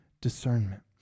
discernment